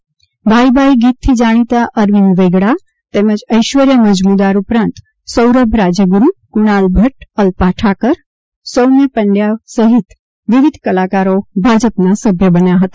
ભાઇ ભાઇ ગીતથી જાણીતા અરવિંદ વેગડા તેમજ ઐશ્વર્યા મઝમુદાર ઉપરાં સૌરભ રાજ્યગુરૂ કૃણાલ ભટ્ટ અલ્પા ઠાકર સૌમ્ય પંડ્યા સહિત વિવિધ કલાકારો ભાજપના સભ્ય બન્યા હતા